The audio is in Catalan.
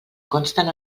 consten